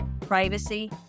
privacy